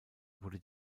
wurde